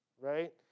right